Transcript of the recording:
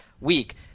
week